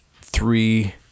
three